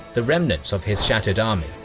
the remnants of his shattered army,